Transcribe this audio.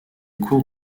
cours